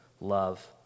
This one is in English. love